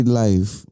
life